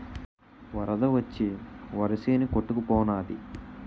వరద వచ్చి వరిసేను కొట్టుకు పోనాది